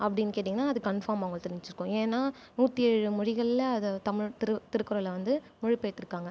அப்படின்னு கேட்டீங்கன்னால் அது கன்ஃபார்ம் அவங்களுக்கு தெரிஞ்சுருக்கும் ஏன்னால் நூற்றி ஏழு மொழிகளில் அதை தமிழ் திரு திருக்குறள் வந்து மொழிபெயர்த்துருக்காங்கள்